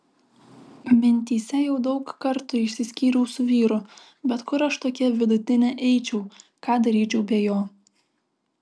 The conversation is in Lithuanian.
mintyse jau daug kartų išsiskyriau su vyru bet kur aš tokia vidutinė eičiau ką daryčiau be jo